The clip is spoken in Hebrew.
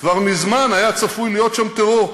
כבר מזמן היה צפוי להיות שם טרור.